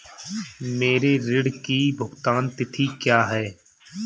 मेरे ऋण की भुगतान तिथि क्या है?